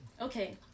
Okay